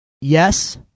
Yes